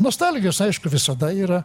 nostalgijos aišku visada yra